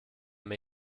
mir